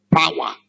power